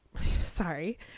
Sorry